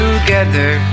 Together